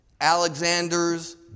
Alexander's